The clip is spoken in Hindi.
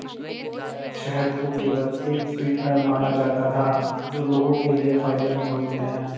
शहद को केवल एक स्वीटनर माना जाता था जो लोगों के लिए फायदेमंद होते हैं